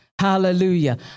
Hallelujah